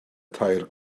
tair